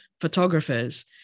photographers